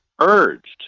urged